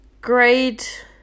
great